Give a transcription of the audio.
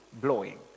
blowing